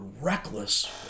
reckless